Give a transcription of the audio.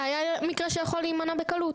זה היה מקרה שיכול להימנע בקלות.